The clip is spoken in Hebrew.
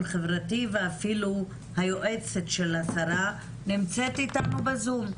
חברתי ואפילו היועצת של השרה נמצאת איתנו בזום,